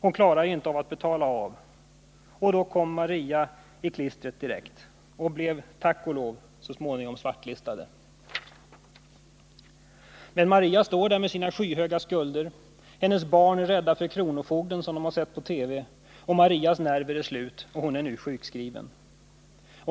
Hon klarade ju inte att betala av — och så kom Maria i klistret direkt. Och blev — tack o lov — äntligen svartlistad! Men Maria står där med sin skyhöga skuld. Hennes barn är rädda för kronofogden, som de sett i TV. Marias nerver är slut. Hon är sjukskriven.